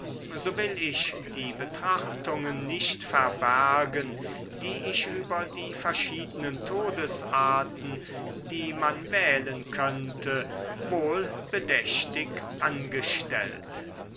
so will ich die betrachtungen nicht verbergen die ich über die verschiedenen todesarten die man wählen könnte wohlbedächtig angestellt